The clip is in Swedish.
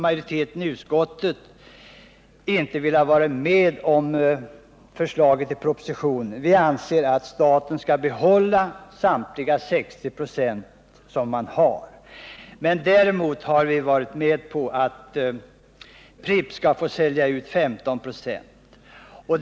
Majoriteten i utskottet har dock inte velat gå med på det förslaget i propositionen, utan vi anser att staten skall behålla samtliga 60 96. Däremot har vi medgivit att Pripps skall få sälja 15 96.